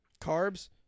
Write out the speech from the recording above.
carbs